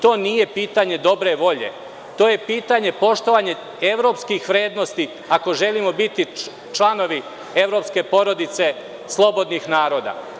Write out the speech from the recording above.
To nije pitanje dobre volje, to je pitanje poštovanja evropskih vrednosti ako želimo biti članovi evropske porodice slobodnih naroda.